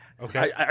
Okay